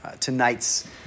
tonight's